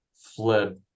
fled